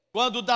Quando